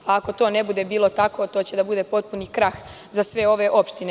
Ako to ne bude bilo tako, to će da bude potpuni krah za sve ove opštine.